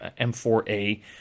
M4A